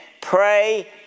pray